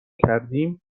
کردیم